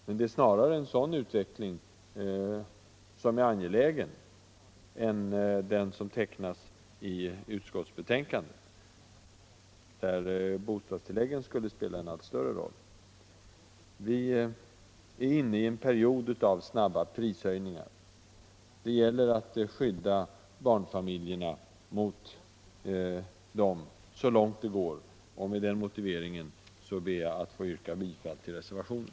Men det är snarare en sådan utveckling som är angelägen än den som tecknas i utskottsbetänkandet — där bostadstilläggen skulle spela en allt större roll. Vi är inne i en period av snabba prishöjningar. Det gäller att skydda barnfamiljerna mot dem så långt det går. Med den motiveringen ber jag att få yrka bifall till reservationen.